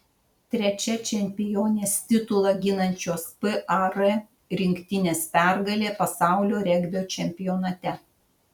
trečia čempionės titulą ginančios par rinktinės pergalė pasaulio regbio čempionate